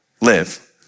live